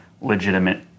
legitimate